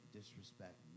disrespect